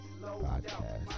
podcast